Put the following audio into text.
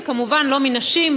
וכמובן לא מנשים,